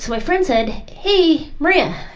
my friend said, hey! maria!